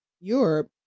Europe